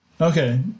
Okay